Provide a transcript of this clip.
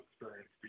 experience